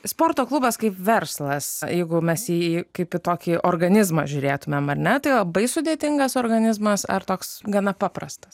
sporto klubas kaip verslas jeigu mes jį kaip tokį organizmą žiūrėtumėm ar ne tai labai sudėtingas organizmas ar toks gana paprastas